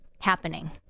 happening